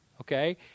Okay